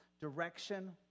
direction